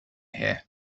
here